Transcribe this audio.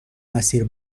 مسیر